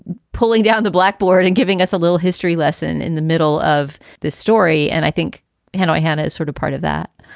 pulling down the blackboard and giving us a little history lesson in the middle of this story. and i think hannah hannah is sort of part of that.